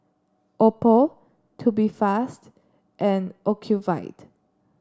Oppo Tubifast and Ocuvite